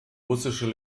russischen